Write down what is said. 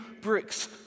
bricks